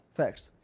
facts